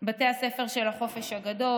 בתי הספר של החופש הגדול,